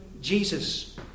Jesus